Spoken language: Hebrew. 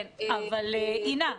אינה,